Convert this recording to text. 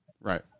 right